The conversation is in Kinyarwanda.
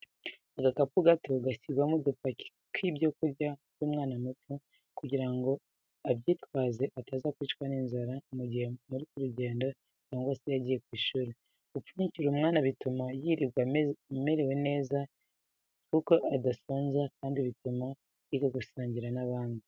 Agakapu gato gashyirwa udupaki tw'ibyo kurya by'umwana muto kugira ngo abyitwaze ataza kwicwa n'inzara mu gihe muri ku rugendo cyangwa se yagiye ku ishuri, gupfunyikira umwana bituma yirirwa amerewe neza kuko adasonza kandi bituma yiga gusangira n'abandi.